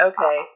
Okay